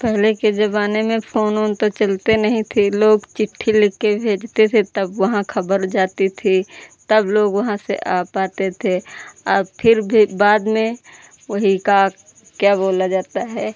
पहले के जबाने में फोन ओन तो चलते नहीं थे लोग चिट्ठी लिख कर भेजते थे तब वहाँ खबर जाती थी तब लोग वहाँ से आ पाते थे अब फिर भी बाद में वही का क्या बोला जाता है